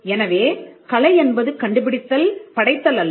எனவே கலை என்பது கண்டுபிடித்தல் படைத்தல் அல்ல